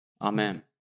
Amen